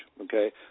Okay